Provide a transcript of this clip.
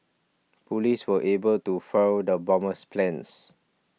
police were able to foil the bomber's plans